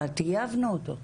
כבר טייבנו אותו.